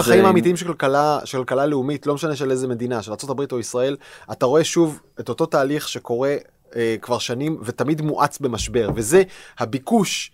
חיים אמיתיים של כלכלה של כלכלה לאומית לא משנה של איזה מדינה של ארה״ב או ישראל אתה רואה שוב את אותו תהליך שקורה כבר שנים ותמיד מואץ במשבר וזה הביקוש.